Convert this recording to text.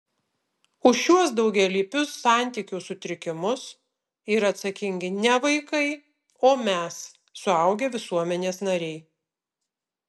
už šiuos daugialypius santykių sutrikimus yra atsakingi ne vaikai o mes suaugę visuomenės nariai